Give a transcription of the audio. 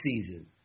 season